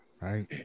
right